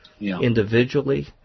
individually